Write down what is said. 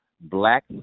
black